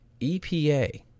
EPA